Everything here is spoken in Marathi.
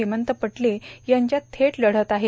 हेमंत पटले यांच्यात वेट लढत आहे